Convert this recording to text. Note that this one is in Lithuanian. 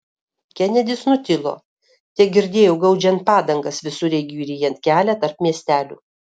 kenedis nutilo tegirdėjau gaudžiant padangas visureigiui ryjant kelią tarp miestelių